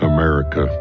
America